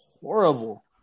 horrible